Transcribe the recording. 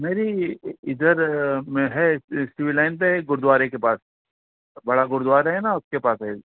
میری ادھر میں ہے سیوی لائن پہ گرودوارے کے پاس بڑا گرودوارے ہے نا اس کے پاس ہے